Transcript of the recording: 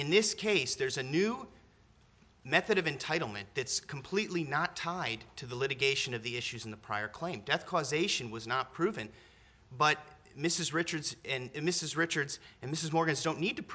in this case there's a new method of entitlement that's completely not tied to the litigation of the issues in the prior claim death causation was not proven but mrs richards and mrs richards and this is morgan's don't need to